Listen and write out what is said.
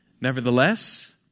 Nevertheless